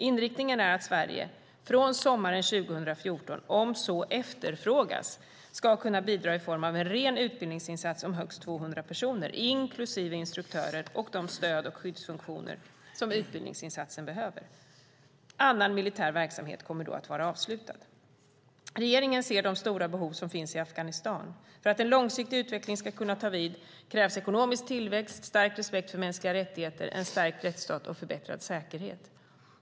Inriktningen är att Sverige från sommaren 2014, om så efterfrågas, ska kunna bidra i form av en ren utbildningsinsats om högst 200 personer, inklusive instruktörer och de stöd och skyddsfunktioner som utbildningsinsatsen behöver. Annan militär verksamhet kommer då att vara avslutad. Regeringen ser de stora behov som finns i Afghanistan. För att en långsiktig utveckling ska kunna ta vid krävs ekonomisk tillväxt, stärkt respekt för mänskliga rättigheter, en stärkt rättsstat och förbättrad säkerhet.